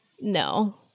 no